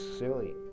silly